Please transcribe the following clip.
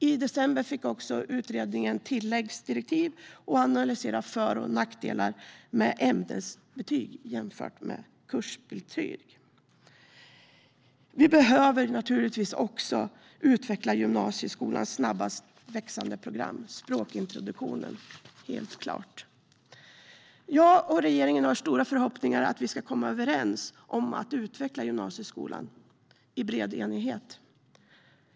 I december fick utredningen tilläggsdirektiv att analysera för och nackdelar med ämnesbetyg jämfört med kursbetyg. Vi behöver naturligtvis också utveckla gymnasieskolans snabbast växande program, språkintroduktionen. Det är helt klart. Jag och regeringen har stora förhoppningar att vi ska komma överens om att utveckla gymnasieskolan i bred enighet.